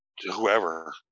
whoever